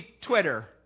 Twitter